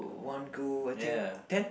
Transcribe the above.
one go I think ten